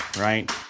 right